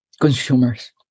consumers